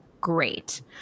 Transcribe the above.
Great